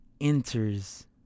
enters